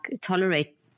tolerate